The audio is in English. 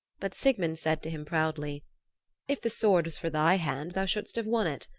but sigmund said to him proudly if the sword was for thy hand thou shouldst have won it.